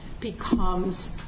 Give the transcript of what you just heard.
becomes